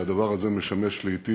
והדבר הזה משמש לעתים,